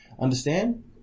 understand